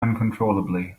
uncontrollably